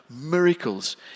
miracles